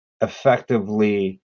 effectively